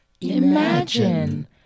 Imagine